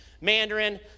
Mandarin